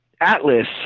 Atlas